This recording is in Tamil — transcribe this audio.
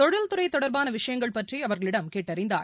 தொழில்துறை தொடர்பான விஷயங்கள் பற்றி அவர்களிடம் கேட்டறிந்தார்